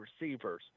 receivers